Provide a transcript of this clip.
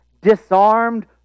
disarmed